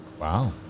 wow